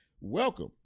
Welcome